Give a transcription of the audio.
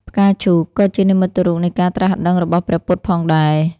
ផ្កាឈូកក៏ជានិមិត្តរូបនៃការត្រាស់ដឹងរបស់ព្រះពុទ្ធផងដែរ។